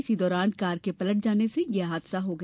इसी दौरान कार के पलट जाने से यह हादसा हो गया